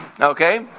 Okay